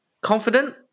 Confident